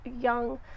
young